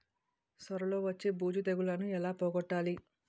సొర లో వచ్చే బూజు తెగులని ఏల పోగొట్టాలి?